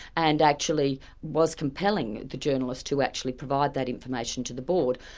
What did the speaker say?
and actually was compelling the journalist to actually provide that information to the board.